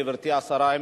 גברתי השרה,